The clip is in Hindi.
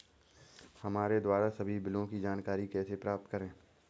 हमारे द्वारा सभी बिलों की जानकारी कैसे प्राप्त करें?